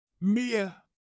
Mia